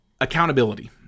accountability